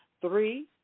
three